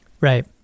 Right